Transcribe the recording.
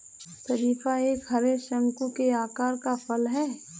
शरीफा एक हरे, शंकु के आकार का फल है